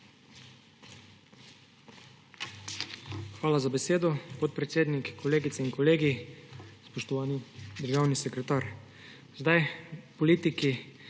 Hvala za besedo, podpredsednik. Kolegice in kolegi, spoštovani državni sekretar! Politiki